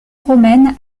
romaine